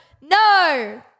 no